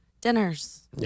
dinners